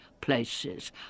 Places